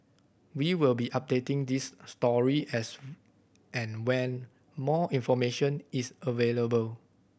we will be updating this story as and when more information is available